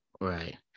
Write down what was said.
Right